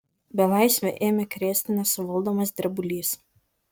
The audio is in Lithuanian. belaisvį ėmė krėsti nesuvaldomas drebulys